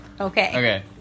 Okay